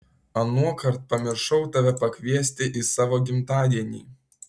anuokart pamiršau tave pakviesti į savo gimtadienį